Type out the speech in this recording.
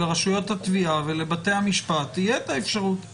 שלרשויות התביעה ולבתי המשפט תהיה את האפשרות הזאת.